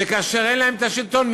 וכאשר אין להם השלטון,